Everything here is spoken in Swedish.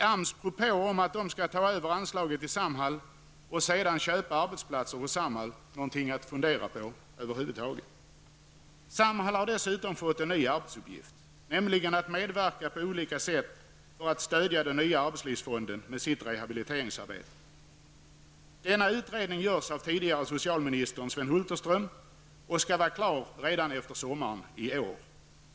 Är AMS propå om att man skall ta över anslaget till Samhall och sedan köper arbetsplatser hos Samhall någonting att över huvud taget fundera på? Samhall har dessutom fått en ny arbetsuppgift, nämligen att på olika sätt medverka för att stödja den nya arbetslivsfonden med sitt rehabiliteringsarbete. Denna utredning görs av den tidigare socialministern Sven Hulterström och skall vara klar efter sommaren i år.